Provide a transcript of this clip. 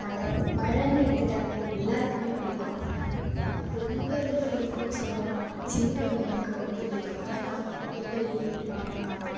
மழை மழைன்னு எடுத்துட்டாலே எல்லோருக்குமே பிடிக்கும் ரொம்ப ரொம்ப பிடிக்கும் சொல்லப்போனால் சின்ன பிள்ளைங்களுக்கு ரொம்ப பிடிக்கும் ஏன்னா எப்போ லீவ் விடுவாங்கன்னு பாத்துட்டுருப்போம்